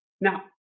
Now